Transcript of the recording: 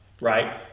Right